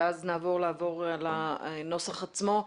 ואז נעבור לעבור על הנוסח עצמו.